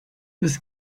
this